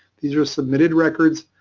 these are submitted records.